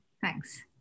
thanks